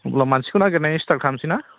अब्ला मानसिखौ नागिरनायनि स्टार्ट खालामसैना